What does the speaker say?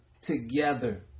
together